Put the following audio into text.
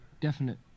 definite